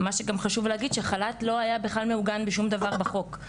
חשוב גם להגיד שחל"ת לא היה בכלל מעוגן בשום דבר בחוק.